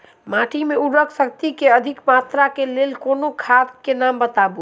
माटि मे उर्वरक शक्ति केँ अधिक मात्रा केँ लेल कोनो खाद केँ नाम बताऊ?